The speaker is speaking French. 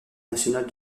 nationale